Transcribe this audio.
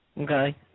Okay